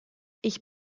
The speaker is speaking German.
ich